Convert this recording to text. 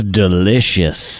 delicious